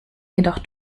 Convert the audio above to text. jedoch